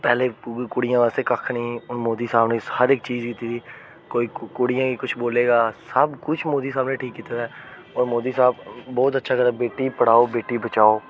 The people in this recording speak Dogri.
पैह्ले कुड़ियें आस्तै कक्ख नी ही हून मोदी साहब ने हर इक चीज दित्ती दी कोई कुड़ियें गी कुछ बोले गा सब कुछ मोदी साहब ने ठीक कीते दा ऐ होर मोदी साहब बहुत अच्छा करा दे न बेटी पढ़ाओ बेटी बचाओ